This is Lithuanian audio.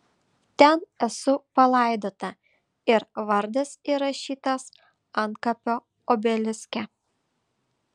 ten esu palaidota ir vardas įrašytas antkapio obeliske